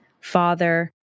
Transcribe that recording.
father